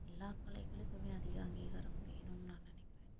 எல்லா கலைகளுக்குமே அதிக அங்கீகாரம் வேணும்னு நான் நினைக்கிறேன்